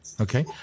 Okay